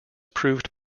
proved